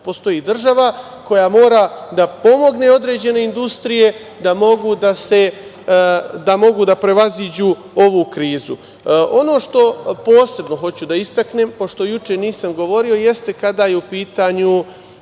postoji država koja mora da pomogne određene industrije da mogu da prevaziđu ovu krizu. Ono što posebno hoću da istaknem, pošto juče nisam govorio, jeste kada je u pitanju